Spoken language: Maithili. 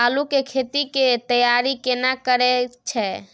आलू के खेती के तैयारी केना करै छै?